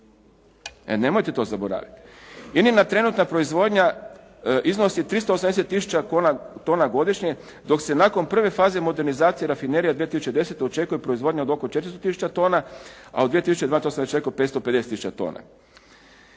E nemojte to zaboraviti. INA-na trenutna proizvodnja iznosi 380000 tona godišnje dok se nakon prve faze modernizacije rafinerije 2010. očekuje proizvodnja od oko 400000 tona, a u 2012. to